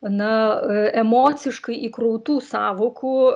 na e emociškai įkrautų sąvokų